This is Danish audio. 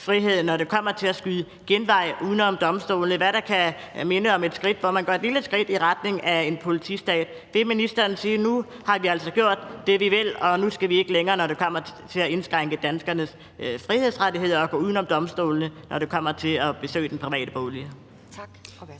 frihed, når det kommer til at skyde genvej uden om domstolene, hvad der kan minde om, at man går et lille skridt i retning af en politistat. Det, ministeren kunne sige nu, var: Nu har vi gjort det, vi vil, og nu skal vi ikke gøre mere, når det kommer til at indskrænke danskernes frihedsrettigheder og gå uden om domstolene, når det kommer til at besøge den private bolig.